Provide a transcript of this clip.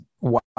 Wow